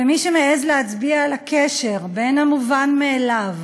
ומי שמעז להצביע על הקשר בין המובן מאליו,